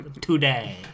today